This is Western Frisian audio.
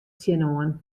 tsjinoan